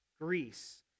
Greece